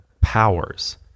powers